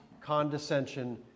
condescension